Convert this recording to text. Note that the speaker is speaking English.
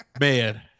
Man